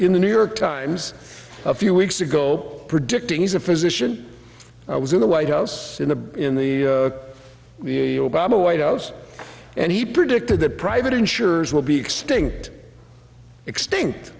in the new york times a few weeks ago predicting he's a physician i was in the white house in the in the obama white house and he predicted that private insurers will be extinct extinct